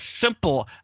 simple